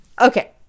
Okay